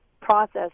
process